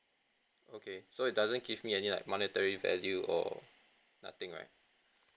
okay so it doesn't give me any like monetary value or nothing right